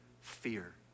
fear